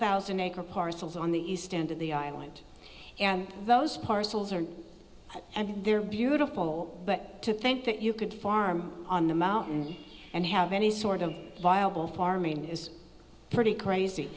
thousand acre parcels on the east end of the island and those parcels are and they're beautiful but to think that you could farm on the mountain and have any sort of viable farming is pretty crazy